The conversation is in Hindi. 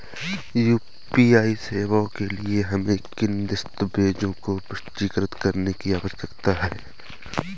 यू.पी.आई सेवाओं के लिए हमें किन दस्तावेज़ों को पंजीकृत करने की आवश्यकता है?